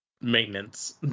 maintenance